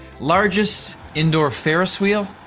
largest indoor ferris wheel.